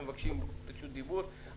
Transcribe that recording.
והם מבקשים רשות דיבור.